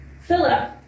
Philip